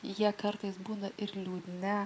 jie kartais būna ir liūdni